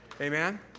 Amen